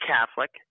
Catholic